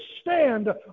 stand